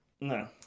No